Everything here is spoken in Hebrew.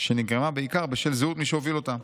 שנגרמה בעיקר בשל זהות מי שהוביל אותה.